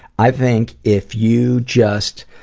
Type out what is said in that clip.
i think if you just